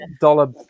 dollar